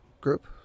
group